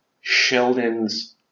Sheldon's